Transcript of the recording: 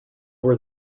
were